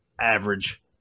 Average